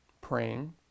praying